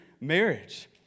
marriage